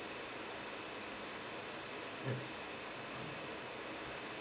mm